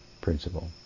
principle